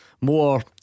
more